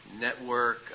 network